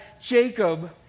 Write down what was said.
Jacob